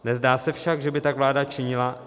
Nezdá se však, že by tak vláda činila.